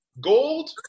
gold